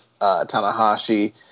Tanahashi